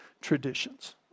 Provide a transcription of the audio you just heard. traditions